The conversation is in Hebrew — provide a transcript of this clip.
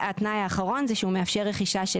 והתנאי האחרון הוא מאפשר רכישה של